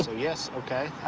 so yes. okay.